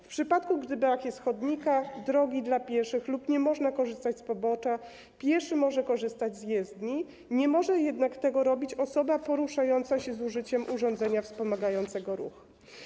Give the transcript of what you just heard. W przypadku gdy brak jest chodnika lub drogi dla pieszych lub nie można korzystać z pobocza, pieszy może korzystać z jezdni, nie może jednak tego robić osoba poruszająca się z użyciem urządzenia wspomagającego ruch.